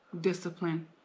discipline